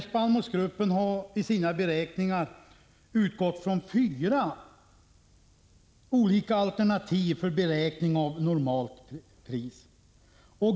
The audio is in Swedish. ”Spannmålsgruppen har i sina beräkningar utgått från fyra alternativ för beräkning av normalt pris.